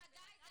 חגי.